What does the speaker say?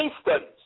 studies